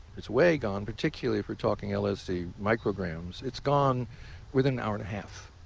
it's way gone particularly if we're talking lsd micrograms. it's gone within an hour and a half.